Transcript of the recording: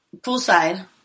poolside